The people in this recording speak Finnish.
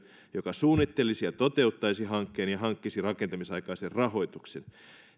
joka suunnittelisi ja toteuttaisi hankkeen ja hankkisi rakentamisaikaisen rahoituksen